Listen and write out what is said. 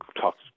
talks